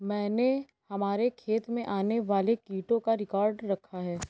मैंने हमारे खेत में आने वाले कीटों का रिकॉर्ड रखा है